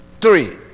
Three